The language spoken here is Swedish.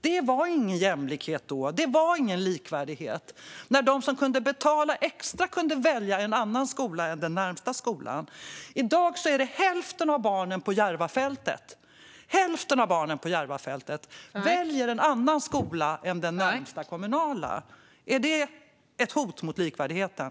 Det var ingen jämlikhet då, och det var ingen likvärdighet när de som kunde betala extra kunde välja en annan skola än den närmaste skolan. I dag är det hälften av barnen på Järvafältet som väljer en annan skola än den närmaste kommunala - hälften av barnen. Är det ett hot mot likvärdigheten?